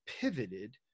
pivoted